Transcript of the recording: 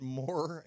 more